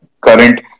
current